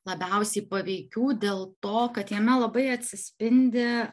labiausiai paveikių dėl to kad jame labai atsispindi